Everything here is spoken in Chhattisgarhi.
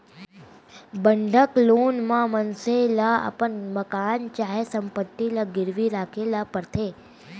बंधक लोन म मनखे ल अपन मकान चाहे संपत्ति ल गिरवी राखे ल परथे